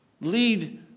lead